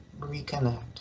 reconnect